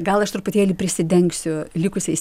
gal aš truputėlį prisidengsiu likusiais